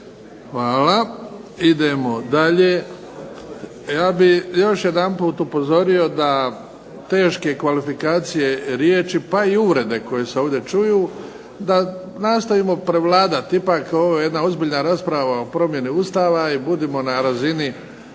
Hvala idemo dalje. Ja bih još jedanput zamolio da teške kvalifikacije riječi pa i uvrede koje se ovdje čuju da nastojimo prevladati, ipak je ovo jedna ozbiljna rasprava o promjeni Ustava i budimo na razinu